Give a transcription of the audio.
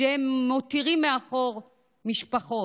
כשהם מותירים מאחור משפחות.